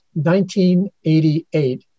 1988